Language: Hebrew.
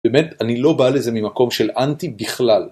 באמת אני לא בא לזה ממקום של אנטי בכלל